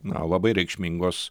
na labai reikšmingos